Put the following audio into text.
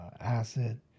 acid